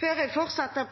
Før jeg fortsetter